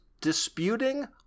disputing